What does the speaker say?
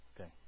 okay